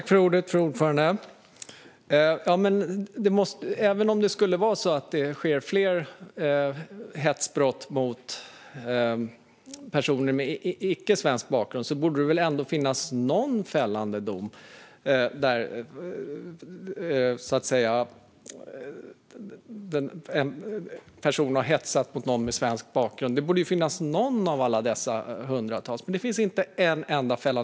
Fru talman! Även om det skulle vara så att det sker fler hetsbrott mot personer med icke-svensk bakgrund borde det väl ändå finnas någon fällande dom där en person har hetsat mot någon som har svensk bakgrund? Det borde finnas någon sådan dom bland alla dessa hundratals fällande domar, men det finns inte en enda.